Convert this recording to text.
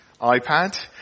iPad